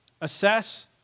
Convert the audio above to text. Assess